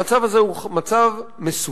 המצב הזה הוא מצב מסוכן,